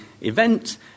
event